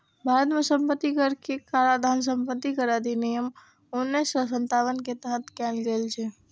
भारत मे संपत्ति कर के काराधान संपत्ति कर अधिनियम उन्नैस सय सत्तावन के तहत कैल गेल छै